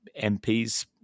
MPs